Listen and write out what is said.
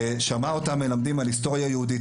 שמע אותם מלמדים על היסטוריה יהודית,